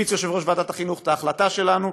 הפיץ יושב-ראש ועדת החינוך את ההחלטה שלנו.